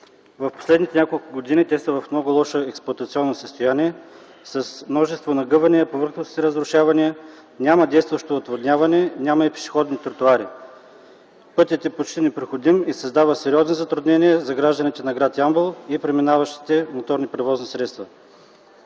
последните няколко години те са в много лошо експлоатационно състояние – с множество нагъвания, повърхностни разрушавания, няма действащо отводняване, няма и пешеходни тротоари. Пътят е почти непроходим и създава сериозни затруднения за гражданите на гр. Ямбол и преминаващите моторни превозни средства.